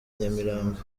nyamirambo